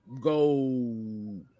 go